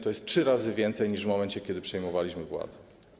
To jest trzy razy więcej niż w momencie, kiedy przejmowaliśmy władzę.